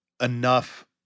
enough